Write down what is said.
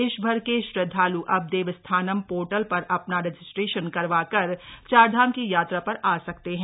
देशभर के श्रद्धाल् अब देवस्थानम पोर्टल पर अपना रजिस्ट्रेशन करवा कर चारधाम की यात्रा पर आ सकते हैं